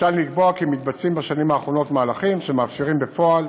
ניתן לקבוע כי מתבצעים בשנים האחרונות מהלכים שמאפשרים בפועל